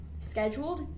Scheduled